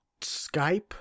Skype